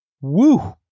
Woo